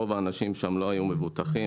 רוב האנשים שם לא היו מבוטחים,